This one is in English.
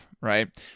right